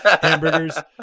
hamburgers